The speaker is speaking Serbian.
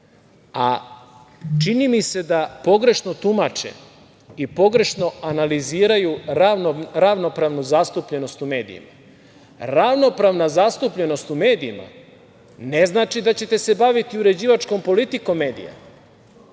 A čini mi se da pogrešno tumače i pogrešno analiziraju ravnopravnu zastupljenost u medijima. Ravnopravna zastupljenost u medijima ne znači da ćete se baviti uređivačkom politikom medija.